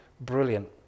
brilliant